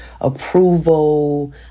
approval